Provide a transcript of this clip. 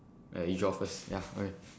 ya you draw first ya okay